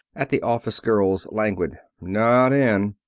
at the office girl's languid not in,